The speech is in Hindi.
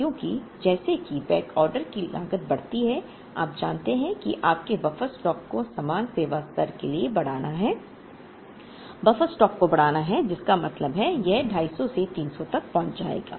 क्योंकि जैसे ही बैकऑर्डर की लागत बढ़ती है आप जानते हैं कि आपके बफर स्टॉक को समान सेवा स्तर के लिए बढ़ाना है बफर स्टॉक को बढ़ाना है जिसका मतलब है कि यह 250 से 300 तक पहुंच जाएगा